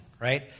right